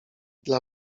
dla